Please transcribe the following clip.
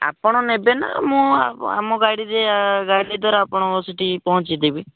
ଆପଣ ନେବେ ନା ମୁଁ ଆମ ଗାଡ଼ିରେ ଗାଡ଼ିରେ ଧର ଆପଣଙ୍କର ସେଇଠି ପହଞ୍ଚାଇଦେବି